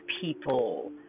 people